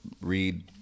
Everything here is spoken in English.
read